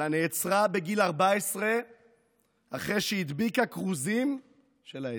אלא נעצרה בגיל 14 אחרי שהדביקה כרוזים של האצ"ל.